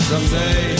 Someday